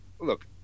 look